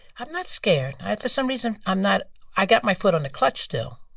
i'm not scared. i for some reason, i'm not i got my foot on the clutch still.